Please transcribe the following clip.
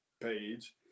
page